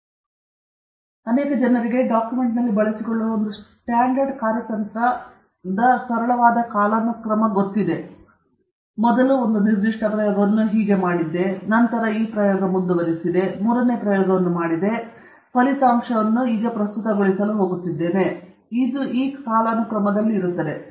ಆದ್ದರಿಂದ ಉದಾಹರಣೆಗೆ ಅನೇಕ ಜನರಿಗೆ ಡಾಕ್ಯುಮೆಂಟಿನಲ್ಲಿ ಬಳಸಿಕೊಳ್ಳುವ ಒಂದು ಸ್ಟ್ಯಾಂಡರ್ಡ್ ಕಾರ್ಯತಂತ್ರ ಸರಳವಾಗಿ ಕಾಲಾನುಕ್ರಮವಾಗಿದೆ ಅಂದರೆ ನಾನು ಮೊದಲ ಒಂದು ನಿರ್ದಿಷ್ಟ ಪ್ರಯೋಗವನ್ನು ಮಾಡಿದ್ದೇನೆ ನಂತರ ನಾನು ಮತ್ತೊಂದು ಪ್ರಯೋಗ ಮಾಡಿದ್ದೇನೆ ಆಗ ನಾನು ಮೂರನೇ ಪ್ರಯೋಗವನ್ನು ಮಾಡಿದೆ ಅದು ನಿಮ್ಮ ಫಲಿತಾಂಶವನ್ನು ನೀವು ಹೇಗೆ ಪ್ರಸ್ತುತಪಡಿಸುತ್ತೀರಿ ಇದು ಕಾಲಾನುಕ್ರಮದಲ್ಲಿದೆ